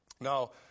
Now